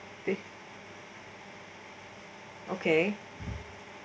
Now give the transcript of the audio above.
if okay